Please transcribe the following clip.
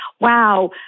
wow